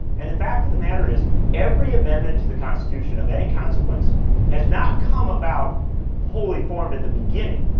and the fact of the matter is every amendment to the constitution of any consequence has not come about wholly formed at the beginning.